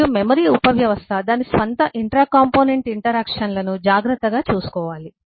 మరియు మెమరీ ఉపవ్యవస్థ దాని స్వంత ఇంట్రా కాంపోనెంట్ ఇంటరాక్షన్లను జాగ్రత్తగా చూసుకోవాలి